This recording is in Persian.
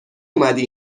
اومدی